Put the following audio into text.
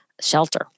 shelter